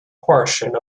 portion